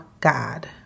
God